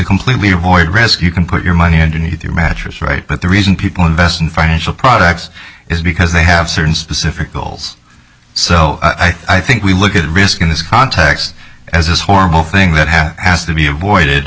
completely avoid risk you can put your money underneath your mattress right but the reason people invest in financial products is because they have certain specific goals so i think we look at risk in this context as this horrible thing that has has to be